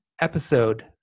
episode